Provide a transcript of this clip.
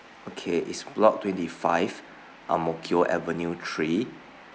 okay is block twenty five ang mo kio avenue three